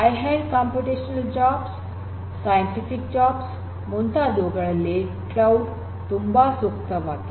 high end computational jobs ವೈಜ್ಞಾನಿಕ ಉದ್ಯೋಗಗಳು ಮುಂತಾದವುಗಳಲ್ಲಿ ಕ್ಲೌಡ್ ತುಂಬಾ ಸೂಕ್ತವಾಗಿದೆ